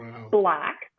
black